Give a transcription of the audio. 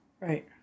right